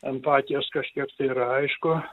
empatijos kažkiek tai yra aišku